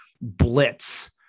blitz